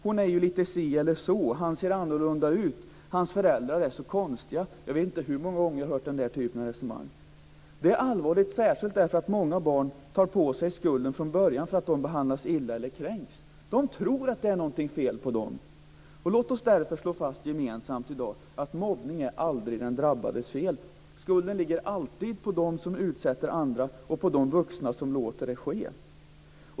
Hon är ju lite si eller så, han ser annorlunda ut, hans föräldrar är så konstiga - jag vet inte hur många gånger jag har hört den typen av resonemang. Det är allvarligt särskilt därför att många barn tar på sig skulden från början för att de behandlas illa eller kränks. De tror att det är något fel på dem. Låt oss därför gemensamt slå fast i dag att mobbning aldrig är den drabbades fel. Skulden ligger alltid på dem som utsätter andra och på de vuxna som låter det ske.